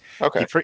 Okay